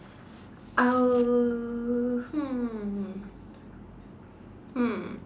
I'll hmm